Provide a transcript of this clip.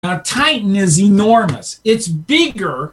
טיטאן הוא עצום, הוא גדול יותר מאשר